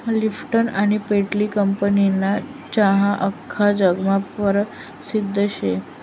Lipton आनी पेटली कंपनीना चहा आख्खा जगमा परसिद्ध शे